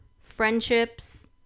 friendships